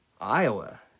Iowa